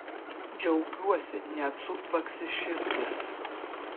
džiaugiuosi net sutvaksi širdis